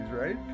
right